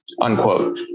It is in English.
Unquote